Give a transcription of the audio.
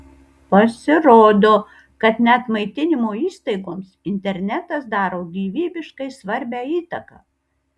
pasirodo kad net maitinimo įstaigoms internetas daro gyvybiškai svarbią įtaką